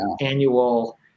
annual